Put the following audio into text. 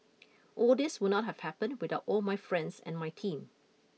all this would not have happened without all my friends and my team